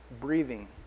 breathing